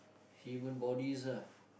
human bodies ah